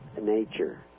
nature